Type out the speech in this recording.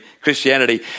Christianity